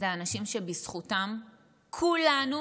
אלה האנשים שבזכותם כולנו